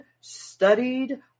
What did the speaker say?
studied